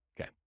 okay